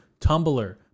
Tumblr